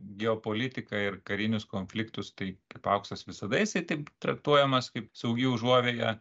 geopolitiką ir karinius konfliktus tai kaip auksas visada jisai taip traktuojamas kaip saugi užuovėja